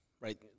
right